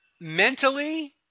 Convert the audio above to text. mentally